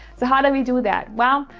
so how do we do that? wow,